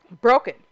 broken